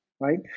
right